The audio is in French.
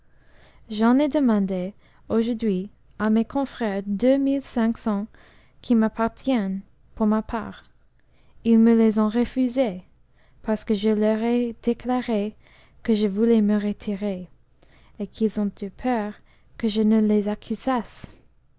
j'en ai demandé aujourd'hui à mes confrères deux mille cinq cents qui m'appartiennent pour ma part ils me les ont refusées parce que je leur ai déclaré que je voulais me retirer et qu'ils ont eu peur que je ne les